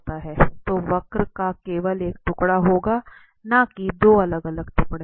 तो वक्र का केवल एक टुकड़ा होगा न कि 2 अलग अलग टुकड़े